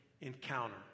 encounter